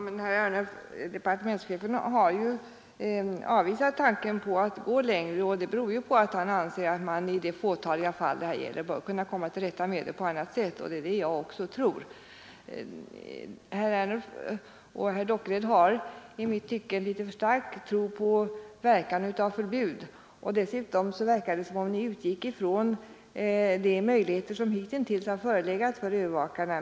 Herr talman! Ja men, herr Ernulf, departementschefen har avvisat tanken på att gå längre. Det beror på att han anser att man, i de fåtaliga fall det här gäller, bör kunna komma till rätta med problemen på annat sätt. Det är det jag också tror. Herr Ernulf och herr Dockered har enligt mitt tycke litet för stark tro på verkan av förbud. Dessutom förefaller det som om ni utgick från de möjligheter som hittills har förelegat för övervakarna.